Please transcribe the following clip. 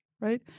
right